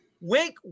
Wink